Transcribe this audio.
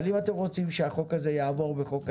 אם אתם רוצים שהחוק הזה יעבור בחוק ההסדרים,